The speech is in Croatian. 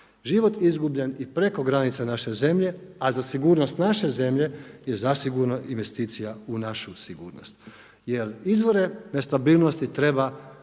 Život izgubljen i preko granica naše zemlje a za sigurnost naše zemlje, je zasigurno investicija u našu sigurnost. Jer izvore nestabilnosti treba